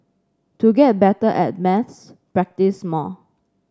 to get better at maths practise more